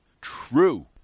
true